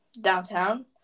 downtown